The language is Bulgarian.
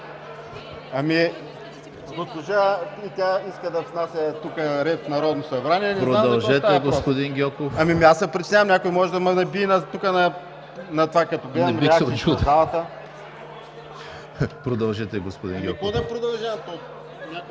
Продължете, господин Гьоков.